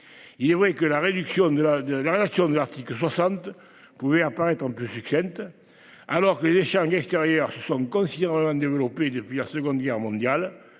de la de la rédaction de l'Arctique 60 pouvaient apparaître plus succède. Alors que les charges extérieurs se sont considérablement développées depuis la Seconde Guerre mondiale